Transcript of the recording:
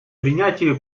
принятию